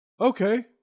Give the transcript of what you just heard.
okay